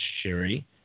Sherry